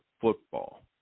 football